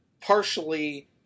partially